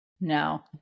No